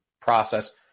process